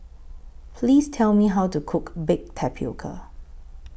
Please Tell Me How to Cook Baked Tapioca